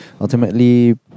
Ultimately